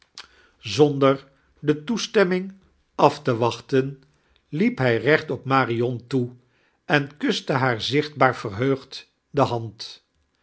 die toesteimming af te wachten liep hij recht op marion toe en taste haar zichbbaar verheugd de hand